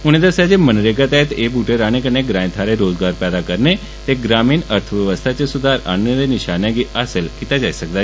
उनें आक्खेआ जे मनरेगा तैहत एह ब्रहटे राहने कन्नै ग्रांए थाहरे रोज़गार पैदा करने ते ग्रामीण अर्थव्यवस्था च सुधार आनने दे निषाने गी हासल कीता जाई सकदा ऐ